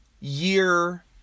year